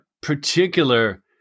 particular